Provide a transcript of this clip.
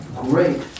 great